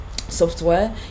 software